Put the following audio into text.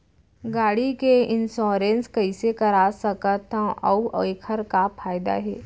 गाड़ी के इन्श्योरेन्स कइसे करा सकत हवं अऊ एखर का फायदा हे?